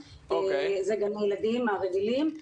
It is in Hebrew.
זה גני הילדים הרגילים,